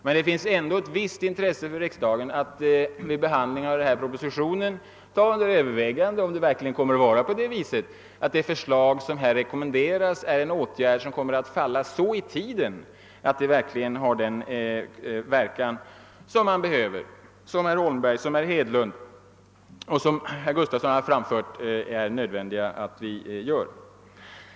Men det finns ändå ett visst intresse för riksdagen att vid behandlingen av denna proposition ta under övervägande, om verkligen det förslag som här rekommenderas innebär en åtgärd som kommer att falla så i tiden att den får den verkan som herrar Holmberg, Hedlund och Gustafson i Göteborg anfört som nödvändig.